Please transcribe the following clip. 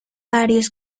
varios